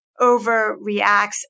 overreacts